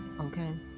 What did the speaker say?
okay